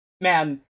man